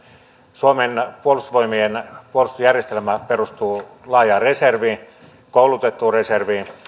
suomen puolustusvoimien puolustusjärjestelmä perustuu laajaan koulutettuun reserviin